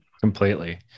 Completely